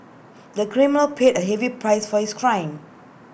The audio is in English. the criminal paid A heavy price for his crime